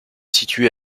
située